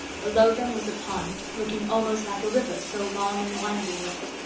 below them was a pond, looking almost like a river so long and winding was it.